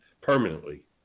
permanently